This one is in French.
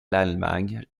l’allemagne